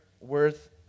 worth